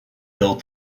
built